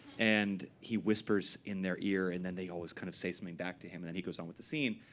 and he whispers in their ear. and then they always kind of say something back to him. and then he goes on with the scene.